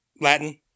Latin